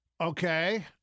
Okay